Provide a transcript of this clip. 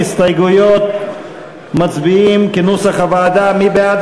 הסתייגות קבוצת מרצ בעמוד